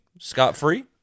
scot-free